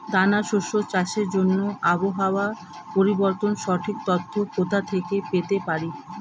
দানা শস্য চাষের জন্য আবহাওয়া পরিবর্তনের সঠিক তথ্য কোথা থেকে পেতে পারি?